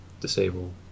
disable